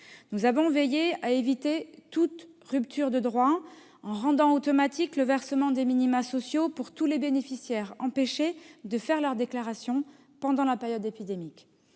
Nous avons veillé à éviter toute rupture de droits en rendant automatique le versement des minima sociaux pour tous les bénéficiaires empêchés de faire leur déclaration pendant la période épidémique.